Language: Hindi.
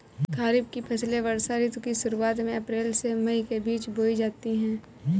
खरीफ की फसलें वर्षा ऋतु की शुरुआत में अप्रैल से मई के बीच बोई जाती हैं